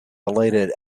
elated